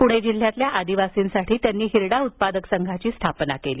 पुणे जिल्ह्यातील आदिवासींसाठी त्यांनी हिरडा उत्पादक संघाची स्थापना केली